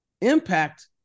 Impact